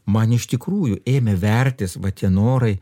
man iš tikrųjų ėmė vertis va tie norai